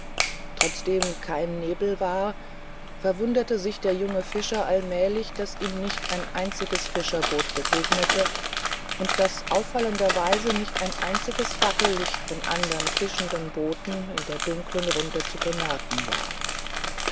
trotzdem kein nebel war verwunderte sich der junge fischer allmählich daß ihm nicht ein einziges fischerboot begegnete und daß auffallenderweise nicht ein einziges fackellicht von anderen fischenden booten in der dunkeln runde zu bemerken war